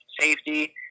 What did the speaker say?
safety